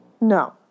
No